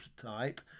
type